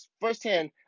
Firsthand